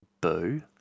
boo